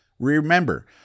Remember